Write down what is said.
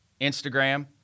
Instagram